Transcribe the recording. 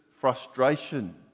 frustration